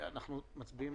אנחנו מצביעים